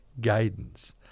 guidance